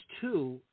two